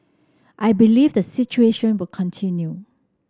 I believe the situation will continue